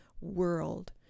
world